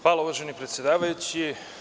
Hvala uvaženi predsedavajući.